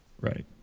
Right